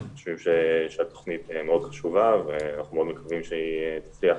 אנחנו חושבים שהתוכנית מאוד חשובה ואנחנו מאוד מקווים שהיא תופיע.